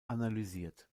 analysiert